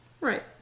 right